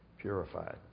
purified